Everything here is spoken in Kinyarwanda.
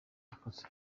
yakoze